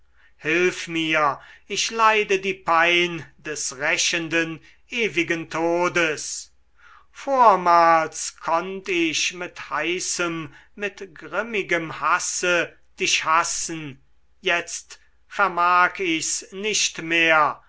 hilf mir ich leide die pein des rächenden ewigen todes vormals konnt ich mit heißem mit grimmigem hasse dich hassen jetzt vermag ich's nicht mehr